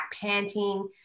panting